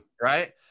Right